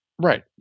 Right